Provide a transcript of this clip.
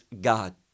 God